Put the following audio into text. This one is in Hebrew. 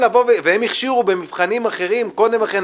והם הכשירו במבחנים אחרים קודם לכן